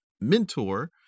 mentor